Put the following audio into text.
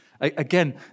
Again